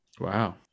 Wow